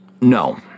No